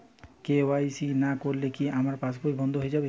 KYC না করলে কি আমার পাশ বই বন্ধ হয়ে যাবে?